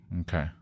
Okay